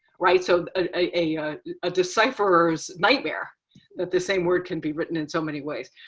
right? so ah a ah decipherer's nightmare that the same word can be written in so many ways.